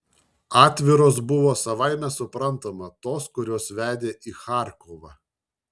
atviros buvo savaime suprantama tos kurios vedė į charkovą